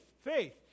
faith